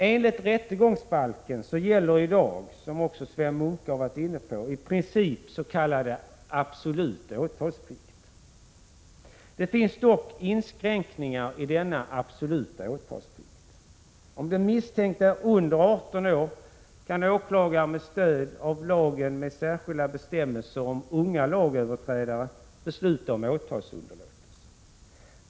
Enligt rättegångsbalken gäller i dag — vilket också Sven Munke varit inne på — i princip s.k. absolut åtalsplikt. Det finns dock inskränkningar i denna absoluta åtalsplikt. Om den misstänkte är under 18 år kan åklagaren med stöd av lagen med särskilda bestämmelser om unga lagöverträdare besluta om åtalsunderlåtelse.